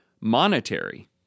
monetary